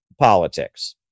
politics